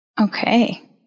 Okay